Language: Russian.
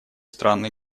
странный